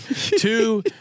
Two